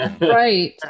Right